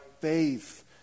faith